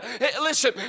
Listen